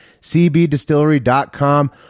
CBDistillery.com